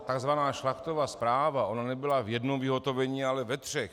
Takzvaná Šlachtova zpráva, ona nebyla v jednom vyhotovení, ale ve třech.